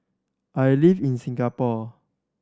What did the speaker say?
I live in Singapore